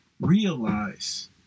realize